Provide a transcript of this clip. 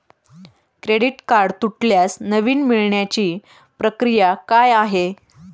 Credit card तुटल्यास नवीन मिळवण्याची प्रक्रिया काय आहे?